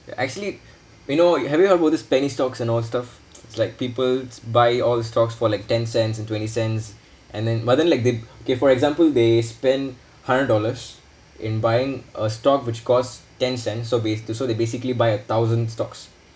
I actually we know have you heard about this penny stocks and all stuff it's like peoples buy all stocks for like ten cents and twenty cents and then but then like they okay for example they spend hundred dollars in buying a stock which costs ten cents so ba~ so they basically buy a thousand stocks